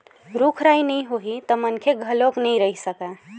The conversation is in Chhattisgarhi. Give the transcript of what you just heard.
रूख राई नइ होही त मनखे घलोक नइ रहि सकय